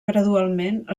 gradualment